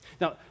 Now